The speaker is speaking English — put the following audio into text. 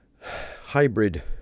hybrid